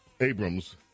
Abrams